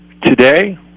today